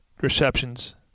receptions